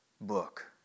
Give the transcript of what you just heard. book